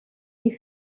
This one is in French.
des